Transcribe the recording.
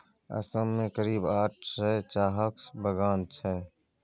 असम मे करीब आठ सय चाहक बगान छै